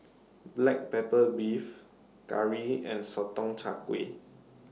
Black Pepper Beef Curry and Sotong Char Kway